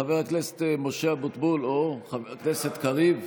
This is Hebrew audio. חבר הכנסת משה אבוטבול, אוה, חבר הכנסת קריב,